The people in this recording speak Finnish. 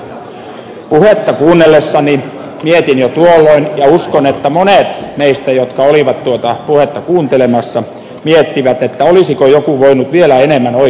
puhetta kuunnellessani mietin jo tuolloin ja uskon että monet meistä jotka olivat tuota puhetta kuuntelemassa miettivät olisiko joku voinut vielä enemmän oikeassa olla